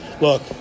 Look